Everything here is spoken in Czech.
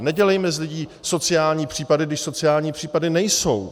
Nedělejme z lidí sociální případy, když sociální případy nejsou.